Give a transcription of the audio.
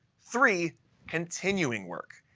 three continuing work.